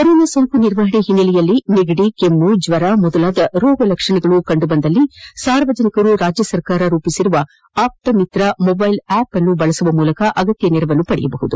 corona ಸೋಂಕು ನಿರ್ವಹಣೆ ಹಿನ್ನೆಲೆಯಲ್ಲಿ ನೆಗಡಿ ಕೆಮ್ಮು ಜ್ವರ ಮೊದಲಾದ ರೋಗ ಲಕ್ಷಣಗಳು ಕಂಡು ಬಂದಲ್ಲಿ ಸಾರ್ವಜನಿಕರು ರಾಜ್ಯ ಸರ್ಕಾರ ರೂಪಿಸಿರುವ ಆಪ್ತಮಿತ್ರ ಮೊಬೈಲ್ ಆಪ್ನ್ನು ಬಳಸುವ ಮೂಲಕ ಆಗತ್ಯ ನೆರವು ಪಡೆಯಬಹುದು